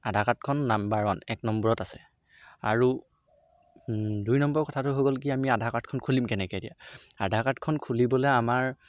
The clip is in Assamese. আধাৰ কাৰ্ডখন নম্বৰ ওৱান এক নম্বৰত আছে আৰু দুই নম্বৰৰ কথাটো হৈ গ'ল কি আমি আধাৰ কাৰ্ডখন খুলিম কেনেকৈ এতিয়া আধাৰ কাৰ্ডখন খুলিবলৈ আমাৰ